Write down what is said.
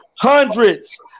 hundreds